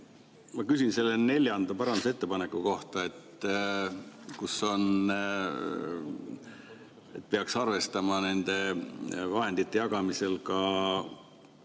Ma küsin selle neljanda parandusettepaneku kohta, et peaks arvestama nende vahendite jagamisel ka